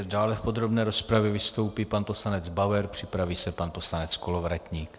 Dále v podrobné rozpravě vystoupí pan poslanec Bauer, připraví se pan poslanec Kolovratník.